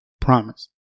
promise